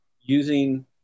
using